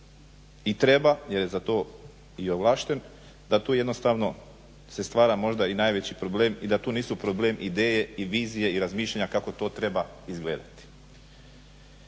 i treba jer je za to i ovlašten, da tu jednostavno se stvara možda i najveći problem i da tu nisu problem ideje i vizije i razmišljanja kako to treba izgledati.